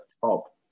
top